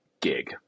gig